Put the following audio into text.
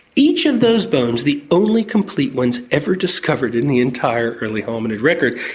each of those bones, the only complete ones ever discovered in the entire early hominid record,